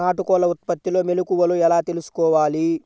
నాటుకోళ్ల ఉత్పత్తిలో మెలుకువలు ఎలా తెలుసుకోవాలి?